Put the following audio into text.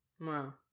wow